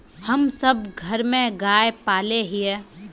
हम सब घर में गाय पाले हिये?